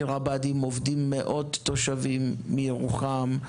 בעיר הבה"דים עובדים מאות תושבים מירוחם,